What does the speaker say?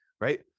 right